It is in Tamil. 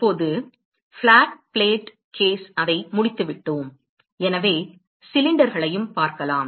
இப்போது பிளாட் பிளேட் கேஸை முடித்துவிட்டோம் எனவே சிலிண்டர்களையும் பார்க்கலாம்